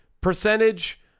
percentage